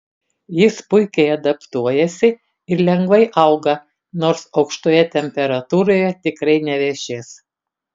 jis puikiai adaptuojasi ir lengvai auga nors aukštoje temperatūroje tikrai nevešės